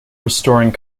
restoring